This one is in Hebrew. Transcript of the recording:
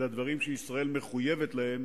אלא דברים שישראל מחויבת להם